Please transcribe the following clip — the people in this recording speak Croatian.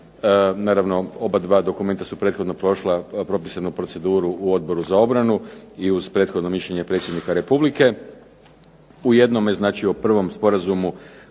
Naravno, oba dva dokumenta su prethodno prošla propisanu proceduru u Odboru za obranu i uz prethodno mišljenje Predsjednika Republike.